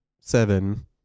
seven